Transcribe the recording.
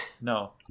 No